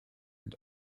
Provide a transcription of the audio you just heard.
and